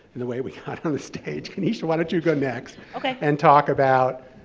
in the way we got on the stage, keneshia, why don't you go next okay. and talk about